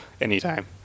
anytime